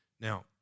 Now